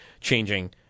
changing